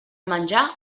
menjar